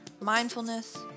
mindfulness